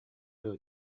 дуо